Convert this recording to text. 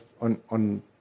on